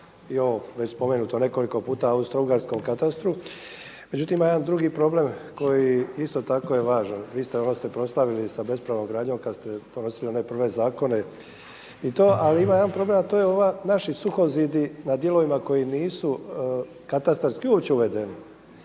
i ovo već spomenuto nekoliko puta Austrougarska u katastru. Međutim ima jedan drugi problem koji isto tako je važan. Vi ste …/Govornik se ne razumije./… sa bespravnom gradnjom kada ste donosili one prve zakone i to. Ali ima jedan problem a to je ova, naši suhozidi na dijelovima koji nisu katastarski uopće uvedeni